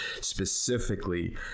specifically